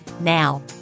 Now